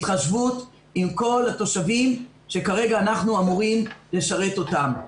התחשבות עם כל התושבים שכרגע אנחנו אמורים לשרת אותם.